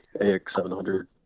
AX700